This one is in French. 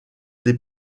des